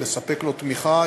לספק לו תמיכה,